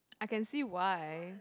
I can see why